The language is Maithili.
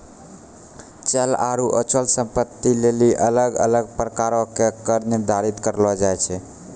चल आरु अचल संपत्ति लेली अलग अलग प्रकारो के कर निर्धारण करलो जाय छै